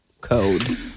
code